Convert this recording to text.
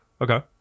Okay